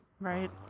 Right